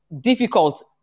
difficult